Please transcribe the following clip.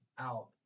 out